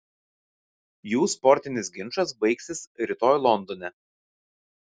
jų sportinis ginčas baigsis rytoj londone